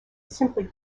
simply